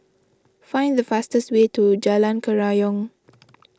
find the fastest way to Jalan Kerayong